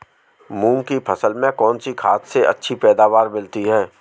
मूंग की फसल में कौनसी खाद से अच्छी पैदावार मिलती है?